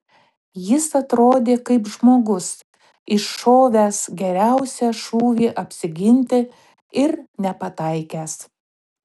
jis atrodė kaip žmogus iššovęs geriausią šūvį apsiginti ir nepataikęs